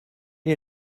est